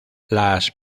las